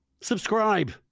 Subscribe